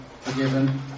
forgiven